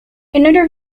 another